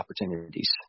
opportunities